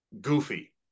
goofy